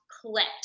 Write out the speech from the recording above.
clicked